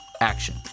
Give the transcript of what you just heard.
action